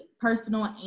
personal